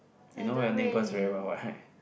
you know your neighbours very well right